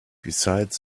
besides